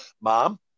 mom